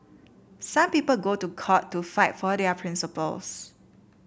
some people go to court to fight for their principles